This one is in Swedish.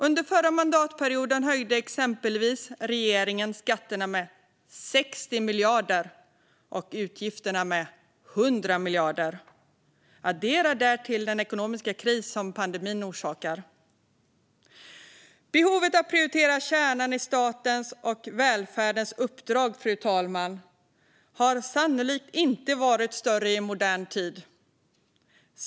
Under förra mandatperioden höjde regeringen exempelvis skatterna med 60 miljarder och utgifterna med 100 miljarder kronor. Addera därtill den ekonomiska kris som pandemin orsakar. Behovet av att prioritera kärnan i statens och välfärdens uppdrag har sannolikt inte varit större i modern tid.